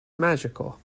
magical